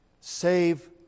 save